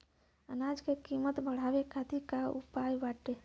अनाज क कीमत बढ़ावे खातिर का उपाय बाटे?